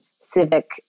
civic